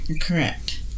Correct